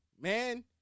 man